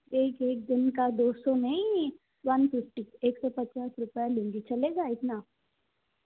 एक एक दिन का दो सौ नहीं वन फिफ्टी एक सौ पचास रुपैया लूंगी चलेगा इतना